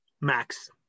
Max